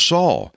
Saul